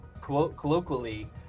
colloquially